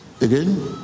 again